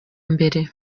mbere